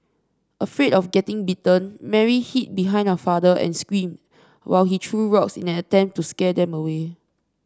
afraid of getting bitten Mary hid behind her father and screamed while he threw rocks in an attempt to scare them away